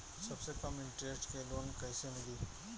सबसे कम इन्टरेस्ट के लोन कइसे मिली?